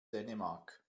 dänemark